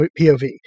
POV